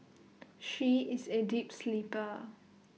she is A deep sleeper